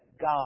God